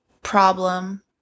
problem